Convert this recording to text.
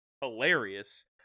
hilarious